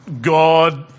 God